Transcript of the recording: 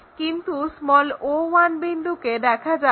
কিন্তু o1 বিন্দুকে দেখা যাবে না